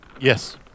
Yes